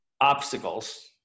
obstacles